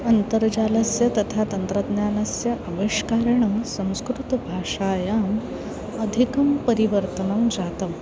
अन्तर्जालस्य तथा तन्त्रज्ञानस्य अविष्करणं संस्कृतभाषायाम् अधिकं परिवर्तनं जातम्